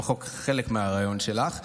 לפחות חלק מהרעיון שלך,